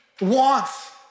wants